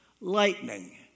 Lightning